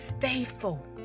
faithful